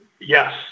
yes